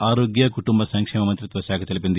ఆరోగ్య కుటుంబ సంక్షేమ మంతిత్వ శాఖ తెలిపింది